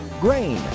Grain